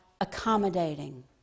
accommodating